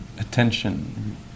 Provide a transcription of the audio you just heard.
attention